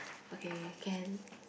okay can